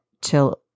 till